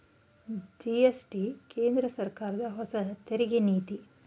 GST ಕೇಂದ್ರ ಸರ್ಕಾರದ ಹೊಸ ತೆರಿಗೆ ನೀತಿ